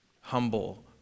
humble